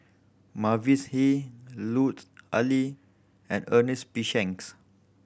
Mavis Hee Lut Ali and Ernest P Shanks